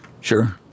Sure